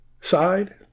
side